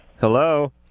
Hello